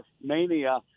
mania